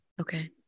Okay